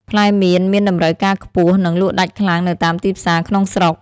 ផ្លែមៀនមានតម្រូវការខ្ពស់ និងលក់ដាច់ខ្លាំងនៅតាមទីផ្សារក្នុងស្រុក។